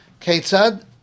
Ketzad